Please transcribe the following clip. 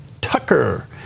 Tucker